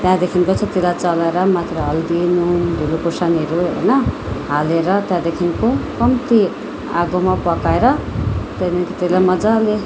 त्यहाँदेखिको चाहिँ त्यसलाई चलाएर माथिबाट हर्दी नुनहरू धुलो खुर्सानीहरू होइन हालेर त्यहाँदेखिको कम्ती आगोमा पकाएर त्यहाँदेखि त्यसलाई मजाले